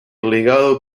legado